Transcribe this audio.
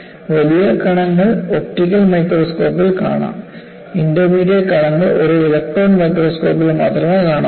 വലിയ കണങ്ങൾ ഒപ്റ്റിക്കൽ മൈക്രോസ്കോപ്പിൽ കാണാം ഇന്റർമീഡിയറ്റ് കണങ്ങൾ ഒരു ഇലക്ട്രോൺ മൈക്രോസ്കോപ്പിൽ മാത്രമേ കാണാനാകൂ